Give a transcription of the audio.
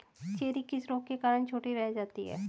Cherry किस रोग के कारण छोटी रह जाती है?